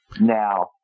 Now